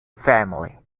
family